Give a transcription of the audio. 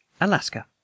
Alaska